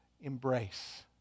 embrace